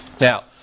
Now